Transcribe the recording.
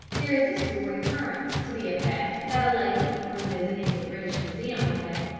there is a story current to the effect that a lady, when visiting the british museum one day,